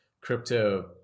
crypto